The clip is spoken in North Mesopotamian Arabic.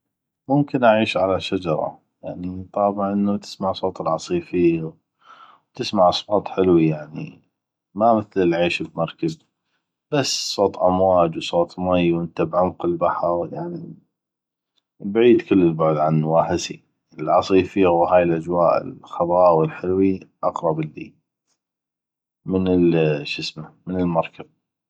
ممكن اعيش على شجره يعني طابع انو تسمع صوت العصيفيغ و تسمع اصوات حلوي يعني ما مثل العيش بمركب بس صوت امواج وصوت مي وانته بعمق البحغ يعني بعيد كل البعد عن واهسي العصيفيغ وهاي الاجواء الحلوي اقغب اللي من ال من المركب